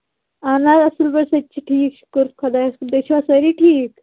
اَہَن حظ اَصٕل پٲٹھۍ سُہ تہِ چھُ ٹھیٖک شُکُر خدایَس کُن تُہۍ چھِوا سٲری ٹھیٖک